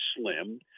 slim